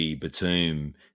Batum